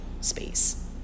space